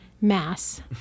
Mass